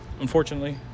Unfortunately